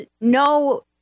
no